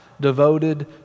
devoted